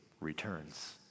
returns